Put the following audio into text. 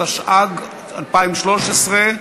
התשע"ג 2013,